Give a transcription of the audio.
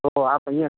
તો આપ અહીંયા